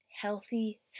healthy